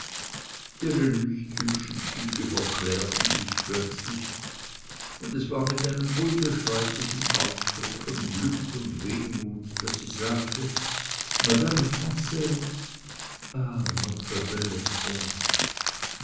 ihre nicht hübschen züge verklärten sich plötzlich und es war mit einem unbeschreiblichen ausdruck von glück und wehmut daß sie sagte madame est franaise